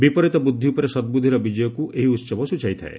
ବିପରୀତ ବୁଦ୍ଧି ଉପରେ ସଦ୍ବୁଦ୍ଧିର ବିଜୟକୁ ଏହି ଉତ୍ସବ ସ୍ୱଚାଇ ଥାଏ